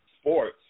sports